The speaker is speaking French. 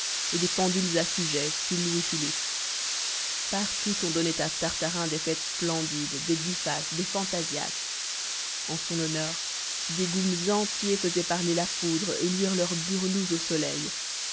et des pendules à sujets style louis-philippe partout on donnait à tartarin des fêtes splendides des diffas des fantasias en son honneur des goums entiers faisaient parler la poudre et luire leurs burnous au soleil